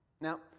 now